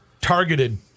Targeted